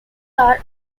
are